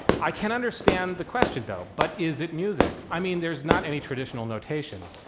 i can understand the question, though. but is it music? i mean, there's not any traditional notation.